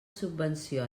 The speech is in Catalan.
subvenció